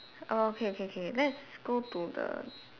err okay okay okay let's go to the